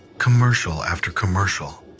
commercial after commercial,